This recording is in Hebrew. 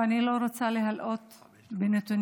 ואני לא רוצה להלאות בנתונים,